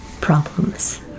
problems